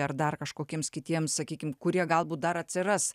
ar dar kažkokiems kitiems sakykim kurie galbūt dar atsiras